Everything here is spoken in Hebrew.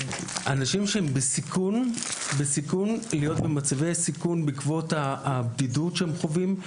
אנשים שהם בסיכון להיות במצבי סיכון בעקבות הבדידות שהם חווים,